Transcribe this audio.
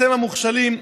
אתם המוכשלים,